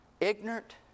ignorant